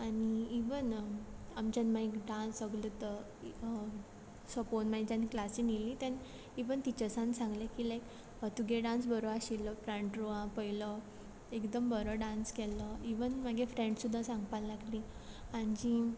आनी इवन आमच्यान आमी डान्स सगलो तो सोंपोन मागीर जेन्ना क्लासीन येयलीं तेन्ना इवन टिचर्सान सांगलें की लायक तुगे डान्स बोरो आशिल्लो फ्रंट रोवा पयलो एकदम बोरो डान्स केलो इवन मागीर फ्रेंड्स सुद्दां सांगपा लागलीं आनी जीं